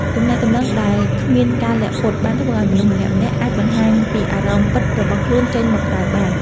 ទំនាក់ទំនងដែលគ្មានការលាក់ពុត បានធ្វើឱ្យមនុស្សម្នាក់ៗអាចបង្ហាញពីអារម្មណ៍ពិតរបស់ខ្លួនចេញមកក្រៅបាន។